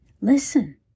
Listen